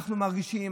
אנחנו מרגישים,